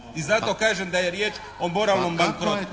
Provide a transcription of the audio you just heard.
i zato kažem da je riječ o moralnom…